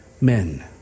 men